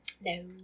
No